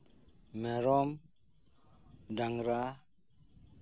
ᱢᱮᱨᱚᱢ ᱰᱟᱝᱨᱟ